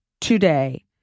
today